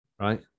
Right